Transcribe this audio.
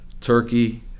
turkey